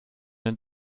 den